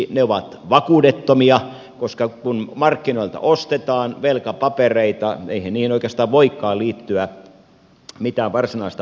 ne ovat vakuudettomia koska kun markkinoilta ostetaan velkapapereita eihän niihin oikeastaan voikaan liittyä mitään varsinaista vakuutta